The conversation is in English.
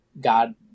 God